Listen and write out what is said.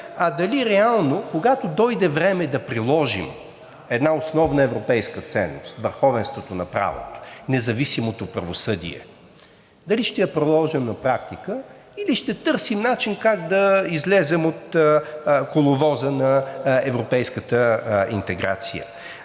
а дали реално, когато дойде време да приложи една основна европейската ценност – върховенството на правото, независимото правосъдие дали ще е приложена на практика, или ще търсим начин как да излезем от коловоза на европейската интеграция.